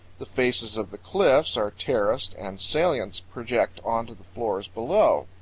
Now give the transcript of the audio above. the faces of the cliffs are terraced and salients project onto the floors below.